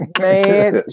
Man